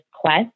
quest